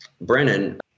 Brennan